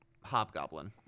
Hobgoblin